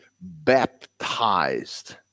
baptized